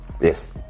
Yes